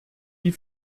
die